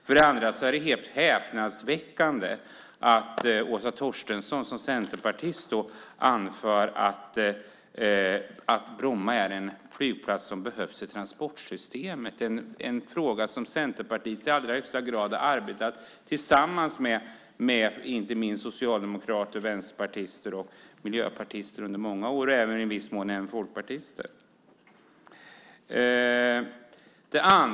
För det andra är det häpnadsväckande att Åsa Torstensson som centerpartist anför att Bromma är en flygplats som behövs i transportsystemet. I denna fråga har ju centerpartister tidigare arbetat tillsammans med socialdemokrater, vänsterpartister och miljöpartister i många år, och i viss mån har även folkpartister varit med.